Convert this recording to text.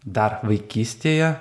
dar vaikystėje